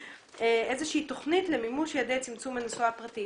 איזושהי תוכנית למימוש יעדי צמצום הנסועה הפרטית.